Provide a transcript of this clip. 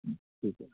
जी ठीक है